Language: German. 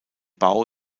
bau